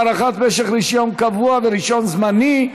הארכת משך רישיון קבוע ורישיון זמני),